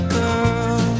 girl